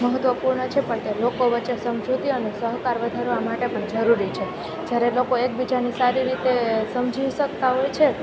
મહત્ત્વપૂર્ણ છે પણ ત્યાં લોકો વચ્ચે સમજૂતી અને સહકાર વધારવા માટે પણ જરૂરી છે જ્યારે લોકો એકબીજાની સારી રીતે સમજી શકતા હોય છે